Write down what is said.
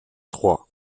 trois